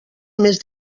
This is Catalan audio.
més